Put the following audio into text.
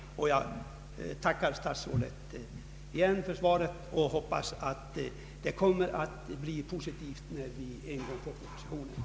Jag tackar åter statsrådet för svaret och hoppas att propositionen blir positiv när den en gång kommer.